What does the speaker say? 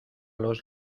los